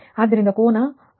0011 ಆಗಿದೆ